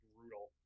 brutal